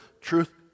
truth